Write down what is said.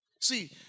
See